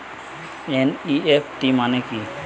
NEFT মনে কি?